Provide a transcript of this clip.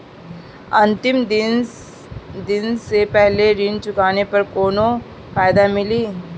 अंतिम दिन से पहले ऋण चुकाने पर कौनो फायदा मिली?